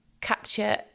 capture